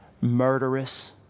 murderous